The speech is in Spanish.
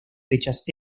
fechas